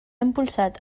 impulsat